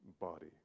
body